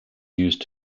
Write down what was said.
used